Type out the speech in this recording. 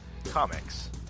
comics